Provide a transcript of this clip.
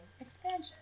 expansion